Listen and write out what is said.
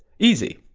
easy!